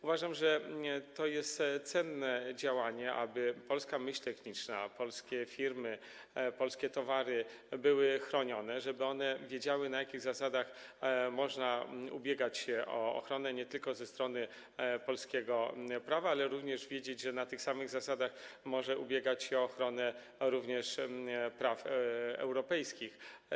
Uważam, że to jest cenne działanie, aby polska myśl techniczna, polskie firmy, polskie towary były chronione, żeby nie tylko wiedzieć, na jakich zasadach można ubiegać się o ochronę ze strony polskiego prawa, ale również wiedzieć, że na tych samych zasadach można ubiegać się o ochronę także ze strony praw europejskich.